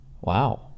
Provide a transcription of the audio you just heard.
wow